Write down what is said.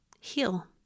heal